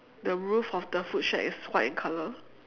the roof of the food shack is white in color